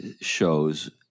shows